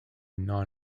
non